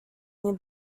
near